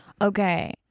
Okay